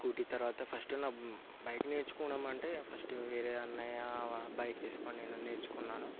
scooty తర్వాత first bike నేర్చుకోమంటే first వేరే అన్నయ్య బైక్ తీసుకొని నేను నేర్చుకున్నాను